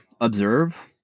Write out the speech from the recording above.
observe